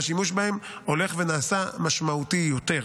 והשימוש בהם הולך ונעשה משמעותי יותר.